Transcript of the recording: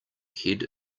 head